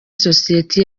sosiyete